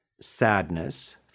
sadness